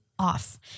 off